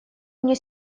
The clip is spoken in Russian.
мне